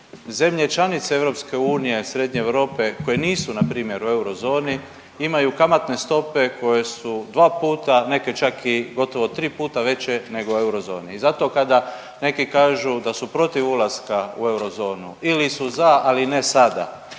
Zemlje članice EU srednje Europe koje nisu na primjer u eurozoni imaju kamatne stope koje su dva puta, neke čak i gotovo tri puta veće nego u eurozoni. I zato kada neki kažu da su protiv ulaska u eurozonu ili su za ali ne sada.